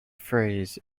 phrase